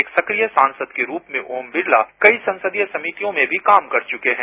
एक सक्रिय सांसद के रूप में ओम बिड़ला कई संसदीय समितियों में भी कामकर चुके हैं